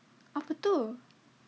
apa tu